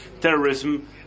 terrorism